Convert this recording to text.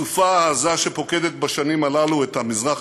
הסופה העזה שפוקדת בשנים הללו את המזרח